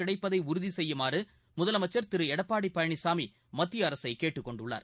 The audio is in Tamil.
கிடைப்பதை உறுதி செய்யுமாறு முதலமைச்சர் திரு எடப்பாடி பழனிசாமி மத்திய அரசைக் கேட்டுக் கொண்டுள்ளார்